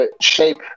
shape